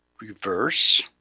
Reverse